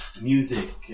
music